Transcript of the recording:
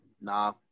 nah